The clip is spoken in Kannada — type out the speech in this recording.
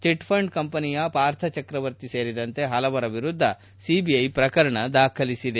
ಚಿಟ್ ಫಂಡ್ ಕಂಪನಿಯ ಪಾರ್ಥ ಚಕ್ರವರ್ತಿ ಸೇರಿದಂತೆ ಹಲವರ ವಿರುದ್ದ ಸಿಬಿಐ ಪ್ರಕರಣ ದಾಖಲಿಸಿದೆ